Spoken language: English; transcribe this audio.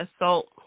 assault